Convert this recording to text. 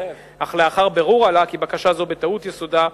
אך לאחר בירור עלה כי בקשה זו בטעות יסודה,